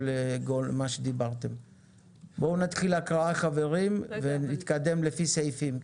בואו נתחיל הקראה ונתקדם לפי סעיפים.